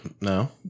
no